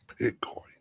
Bitcoin